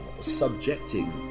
subjecting